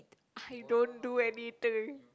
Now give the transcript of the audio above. I don't do anything